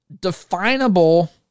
definable